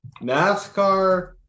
NASCAR